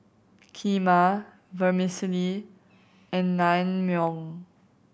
Kheema Vermicelli and Naengmyeon